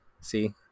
See